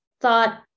thought